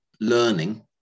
learning